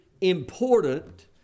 important